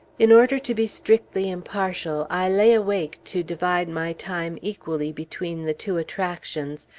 in order to be strictly impartial, i lay awake to divide my time equally between the two attractions,